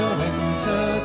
winter